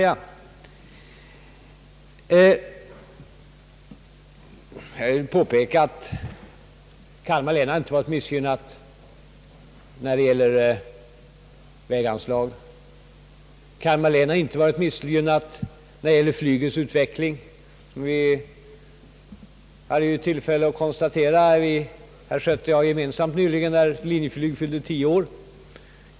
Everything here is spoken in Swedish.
Jag vill påpeka att Kalmar län inte varit missgynnat beträffande väganslag och inte heller när det gäller flygets utveckling — detta senare hade herr Schött och jag gemensamt tillfälle att konstatera i Kalmar, när Linjeflyg nyligen fyllde tio år.